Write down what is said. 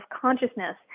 consciousness